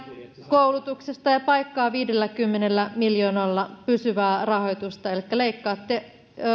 koulutuksesta ja paikkaa viidelläkymmenellä miljoonalla pysyvää rahoitusta elikkä leikkaatte